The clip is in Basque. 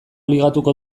ligatuko